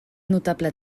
notable